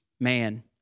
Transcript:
man